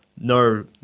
No